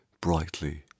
brightly